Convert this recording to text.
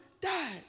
died